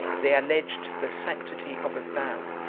they alleged the sanctity of a vow,